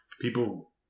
people